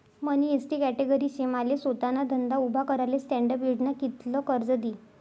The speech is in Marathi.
मनी एसटी कॅटेगरी शे माले सोताना धंदा उभा कराले स्टॅण्डअप योजना कित्ल कर्ज दी?